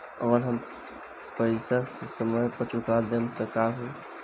अगर हम पेईसा समय पर ना चुका पाईब त का होई?